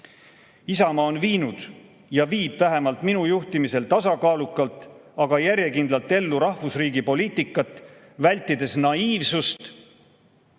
Isamaa on viinud ja viib vähemalt minu juhtimisel tasakaalukalt, aga järjekindlalt ellu rahvusriigi poliitikat, vältides naiivsust